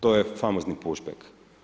To je famozni puš beg.